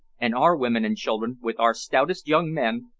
and our women and children, with our stoutest young men,